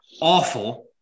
awful